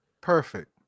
perfect